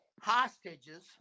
hostages